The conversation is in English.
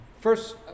First